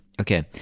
Okay